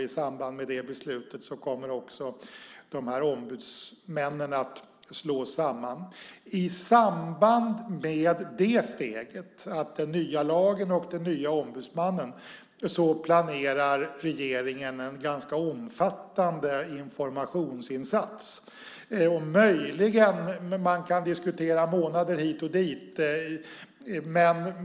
I samband med det kommer också ombudsmännen att slås samman. Samtidigt med det steget - med den nya lagen och den nya ombudsmannen - planerar regeringen en ganska omfattande informationsinsats. Man kan diskutera månader hit och dit.